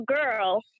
girl